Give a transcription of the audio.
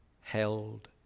held